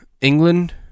England